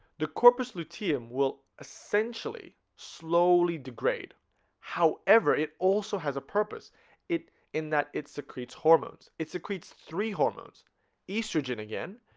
the corpus luteum will essentially slowly degrade however it also has a purpose it in that it secretes hormones. it secretes three hormones estrogen again